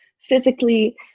physically